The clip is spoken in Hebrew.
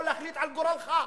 או, להחליט על גורלך.